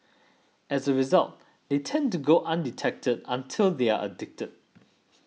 as a result they tend to go undetected until they are addicted